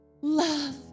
Love